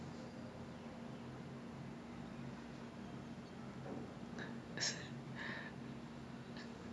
!wah! like that's you kept it personal and you also had like some magnanimity in it